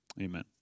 Amen